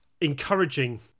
encouraging